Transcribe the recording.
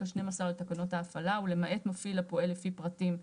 השנים עשר לתקנות ההפעלה ולמעט מפעיל הפועל לפי פרטים (3),